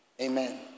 Amen